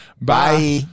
bye